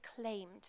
claimed